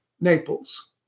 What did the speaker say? Naples